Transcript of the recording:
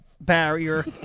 Barrier